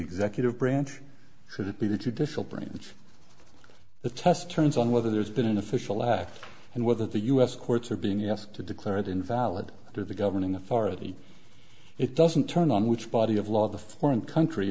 executive branch should it be to judicial branch the test turns on whether there's been an official act and whether the u s courts are being asked to declare it invalid or the governing authority it doesn't turn on which body of law the foreign country